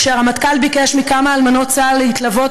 כשהרמטכ"ל ביקש מכמה אלמנות צה"ל להתלוות